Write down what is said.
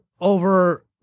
over